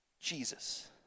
Jesus